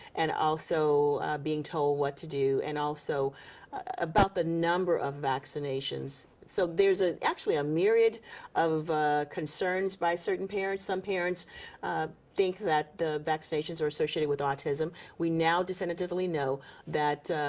and also being told what to do, and also about the number of vaccinations. so there's ah actually a myriad of concerns by certain parents. some parents think that vaccinations are associated with autism. we now definitively know that